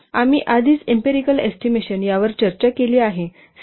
आम्ही आधीच empirical estimation यावर चर्चा केली आहे